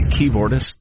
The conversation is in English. keyboardist